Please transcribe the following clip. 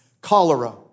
Cholera